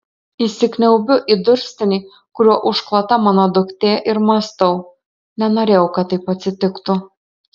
įsikniaubiu į durstinį kuriuo užklota mano duktė ir mąstau nenorėjau kad taip atsitiktų